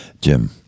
Jim